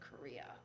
Korea